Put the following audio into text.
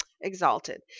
exalted